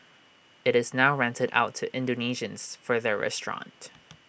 IT is now rented out to Indonesians for their restaurant